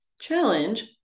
Challenge